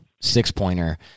six-pointer